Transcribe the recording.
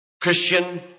Christian